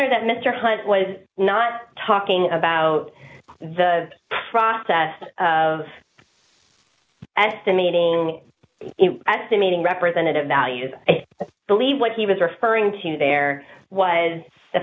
was not talking about the process of estimating estimating representative values i believe what he was referring to there was the